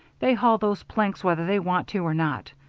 they haul those planks whether they want to or not.